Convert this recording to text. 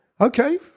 Okay